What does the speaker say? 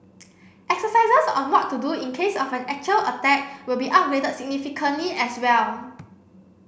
exercises on what to do in case of an actual attack will be upgraded significantly as well